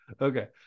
Okay